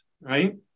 right